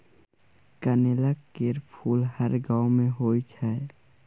कनेलक केर फुल हर गांव मे होइ छै